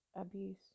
abuse